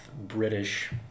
British